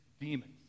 demons